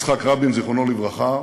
ליצחק רבין, זיכרונו לברכה,